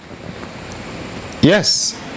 yes